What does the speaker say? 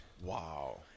Wow